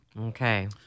Okay